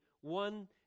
one